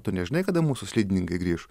tu nežinai kada mūsų slidininkai grįš